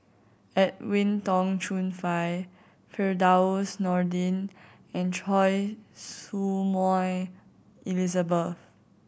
Edwin Tong Chun Fai Firdaus Nordin and Choy Su Moi Elizabeth